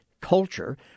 Culture